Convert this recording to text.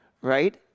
right